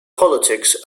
politics